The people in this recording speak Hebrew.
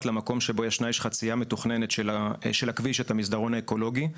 למקום שבו יש חצייה מתוכננת של הכביש את המסדרון האקולוגי.